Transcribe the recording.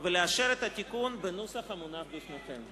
ולאשר את התיקון בנוסח המונח לפניכם.